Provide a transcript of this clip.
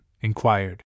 inquired